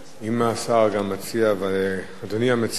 ואדוני המציע גם כן מסכים לוועדה לפניות הציבור,